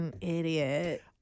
idiot